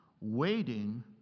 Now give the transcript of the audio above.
waiting